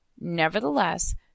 Nevertheless